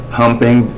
humping